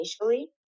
initially